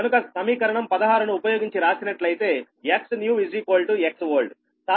కనుక సమీకరణం 16 ను ఉపయోగించి రాసినట్లయితే Xnew Xold